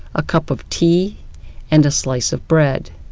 a cup of tea and a slice of bread.